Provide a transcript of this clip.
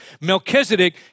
Melchizedek